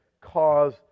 cause